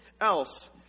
else